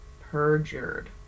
Perjured